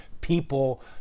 people